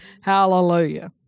hallelujah